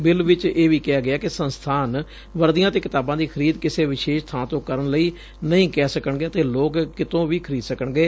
bill ਵਿਚ ਇਹ ਵੀ ਕਿਹਾ ਗਿਐ ਕਿ ਸੰਸਬਾਨ ਵਰਦੀਆਂ ਅਤੇ ਕਿਤਾਬਾਂ ਦੀ ਖਰੀਦ ਕਿਸੇ ਵਿਸੇਸ਼ ਥਾਂ ਤੋਂ ਕਰਨ ਲਈ ਨਹੀਂ ਕਹਿ ਸਕਣਗੇ ਅਤੇ ਲੋਕ ਕਿਤੋਂ ਵੀ ਖਰੀਦ ਸਕਣਗੇ